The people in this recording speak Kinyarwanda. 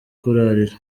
kurarira